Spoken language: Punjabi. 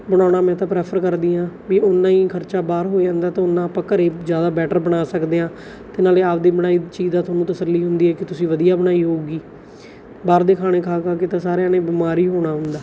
ਬਣਾਉਣਾ ਮੈਂ ਤਾਂ ਪ੍ਰੈਫਰ ਕਰਦੀ ਹਾਂ ਵੀ ਓਨਾ ਹੀ ਖਰਚਾ ਬਾਹਰ ਹੋ ਜਾਂਦਾ ਤਾਂ ਓਨਾ ਆਪਾਂ ਘਰ ਜ਼ਿਆਦਾ ਬੈਟਰ ਬਣਾ ਸਕਦੇ ਹਾਂ ਅਤੇ ਨਾਲੇ ਆਪ ਦੀ ਬਣਾਈ ਚੀਜ਼ ਦਾ ਤੁਹਾਨੂੰ ਤਸੱਲੀ ਹੁੰਦੀ ਹੈ ਕਿ ਤੁਸੀਂ ਵਧੀਆ ਬਣਾਈ ਹੋਊਗੀ ਬਾਹਰ ਦੇ ਖਾਣੇ ਖਾ ਖਾ ਕੇ ਤਾਂ ਸਾਰਿਆਂ ਨੇ ਬਿਮਾਰ ਹੀ ਹੋਣਾ ਹੁੰਦਾ